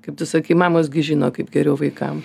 kaip tu sakei mamos gi žino kaip geriau vaikam